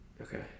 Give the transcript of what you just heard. okay